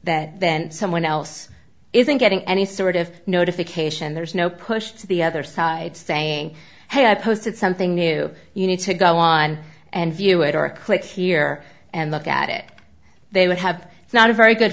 that then someone else isn't getting any sort of notification there's no push to the other side saying hey i posted something new you need to go online and view it or click here and look at it they would have it's not a very good